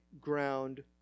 ground